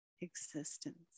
existence